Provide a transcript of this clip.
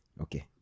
Okay